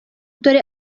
dore